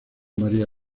maría